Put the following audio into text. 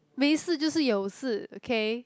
没事就是有事 okay